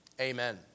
amen